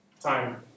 time